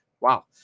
wow